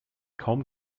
kaum